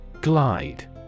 Glide